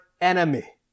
enemy